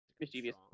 mischievous